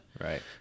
Right